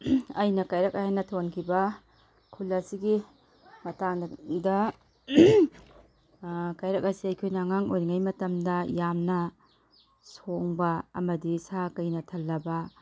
ꯑꯩꯅ ꯀꯩꯔꯛ ꯍꯥꯏꯅ ꯊꯣꯟꯈꯤꯕ ꯈꯨꯜ ꯑꯁꯤꯒꯤ ꯃꯇꯥꯡꯗ ꯀꯩꯔꯛ ꯑꯁꯤ ꯑꯩꯈꯣꯏꯅ ꯑꯉꯥꯡ ꯑꯣꯏꯔꯤꯉꯩ ꯃꯇꯝꯗ ꯌꯥꯝꯅ ꯁꯣꯡꯕ ꯑꯃꯗꯤ ꯁꯥ ꯀꯩꯅ ꯊꯜꯂꯕ